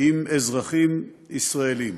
עם אזרחים ישראלים.